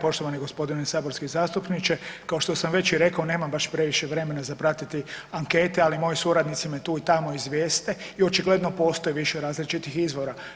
Poštovani gospodine saborski zastupniče kao što sam već i rekao nemam baš previše vremena za pratiti ankete, ali moji suradnici me tu i tamo izvijeste i očigledno postoji više različitih izvora.